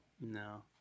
No